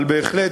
אבל בהחלט,